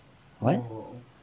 what